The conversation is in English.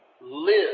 Live